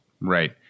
Right